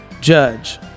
judge